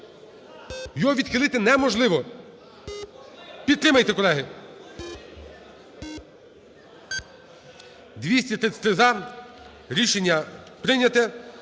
Його відхилити неможливо. Підтримайте, колеги. 14:18:00 За-233 Рішення прийняте.